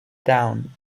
down